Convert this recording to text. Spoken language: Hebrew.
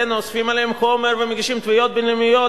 אוספים עליהם חומר ומגישים תביעות בין-לאומיות.